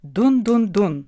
dun dun dun